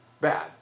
bad